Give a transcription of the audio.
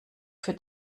für